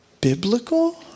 biblical